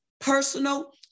personal